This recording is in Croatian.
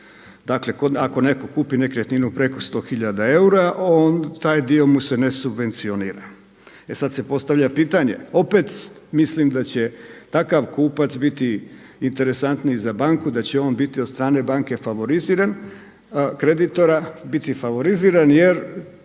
Dakle, ako netko kupi nekretninu preko 100 hiljada eura onda taj dio mu se ne subvencionira. E sad se postavlja pitanje opet mislim da će takav kupac biti interesantniji za banku, da će on biti od strane banke favoriziran, kreditora biti favoriziran jer